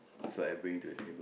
that's what I bring to the table